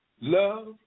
Love